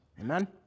Amen